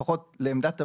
לפחות לעמדת המדינה,